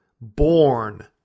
born